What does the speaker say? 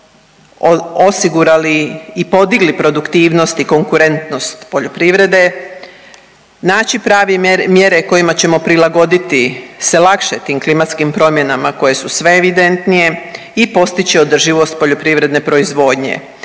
osigurali i podigli produktivnost i konkurentnost poljoprivrede, naći prave mjere kojima ćemo prilagoditi se lakše tim klimatskim promjenama koje su sve evidentnije i postići održivost poljoprivredne proizvodnje.